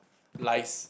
lies